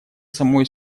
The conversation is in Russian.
самой